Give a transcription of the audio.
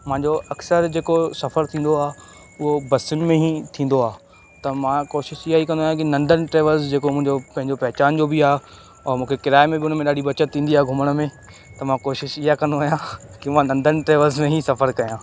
मुंहिंजो अक्सरु जेको सफ़र थींदो आहे उहो बसियुनि में ई थींदो आहे त मां कोशिशि ईहेई कंदो आहियां की नंदन ट्रेविल्स जेको मुंहिंजो पंहिंजो पहिचान जो बि आहे ऐं मूंखे किराए में बि उनमें ॾाढी बचत थींदी आहे घुमण में त मां कोशिशि इहा कंदो आहियां की मां नंदन ट्रेविल्स में ई सफ़र कयां